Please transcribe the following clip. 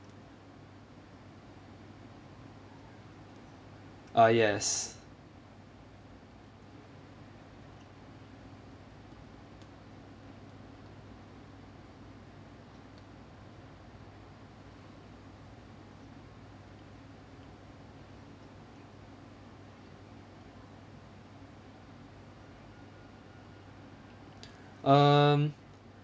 ah yes um